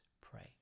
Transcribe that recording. pray